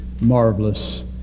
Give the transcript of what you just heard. marvelous